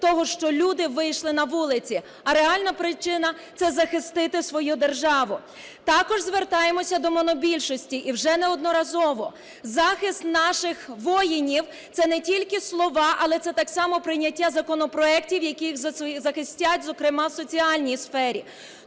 того, що люди вийшли на вулиці. А реальна причина – це захистити свою державу. Також звертаємося до монобільшості і вже неодноразово. Захист наших воїнів – це не тільки слова, але це так само прийняття законопроектів, які їх захистять, зокрема в соціальній сфері.